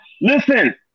Listen